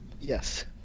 Yes